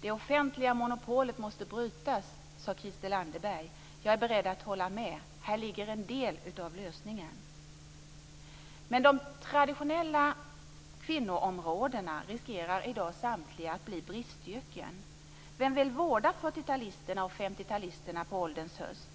Det offentliga monopolet måste brytas, sade Christel Anderberg. Jag är beredd att hålla med. Där ligger en del av lösningen. Samtliga traditionella kvinnoområden riskerar i dag att bli bristyrken. Vem vill vårda fyrtiotalisterna och femtiotalisterna på ålderns höst?